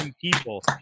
people